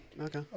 Okay